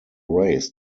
race